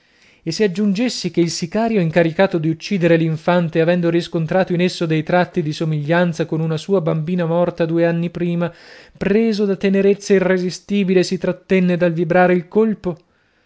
inverosimile se aggiungessi che il sicario incaricato di uccidere l'infante avendo riscontrato in esso dei tratti di somiglianza con una sua bambina morta due anni prima preso da tenerezza irresistibile si trattenne dal vibrare il colpo